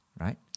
right